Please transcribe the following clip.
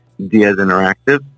DiazInteractive